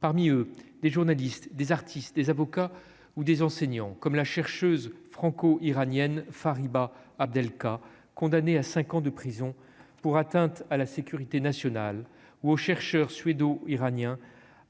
parmi eux, des journalistes, des artistes, des avocats ou des enseignants comme la chercheuse franco-iranienne Fariba Abdel cas condamné à 5 ans de prison pour atteinte à la sécurité nationale ou aux chercheurs suédo- iranien